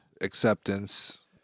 Acceptance